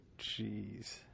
jeez